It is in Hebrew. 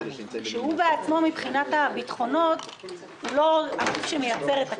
שהוא בעצמו מבחינת הביטחונות הוא לא הגוף שמייצר את הכסף.